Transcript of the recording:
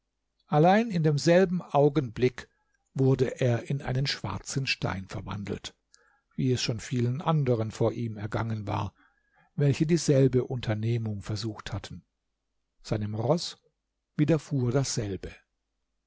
allein in demselben augenblick wurde er in einen schwarzen stein verwandelt wie es schon vielen anderen vor ihm ergangen war welche dieselbe unternehmung versucht hatten seinem roß wiederfuhr dasselbe